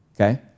okay